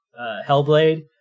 Hellblade